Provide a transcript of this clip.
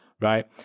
right